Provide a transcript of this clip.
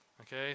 Okay